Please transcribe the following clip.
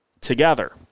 together